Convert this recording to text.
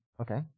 okay